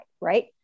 right